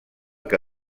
que